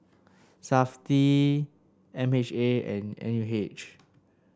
Safti M H A and N U H